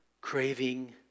craving